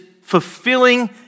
fulfilling